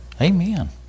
Amen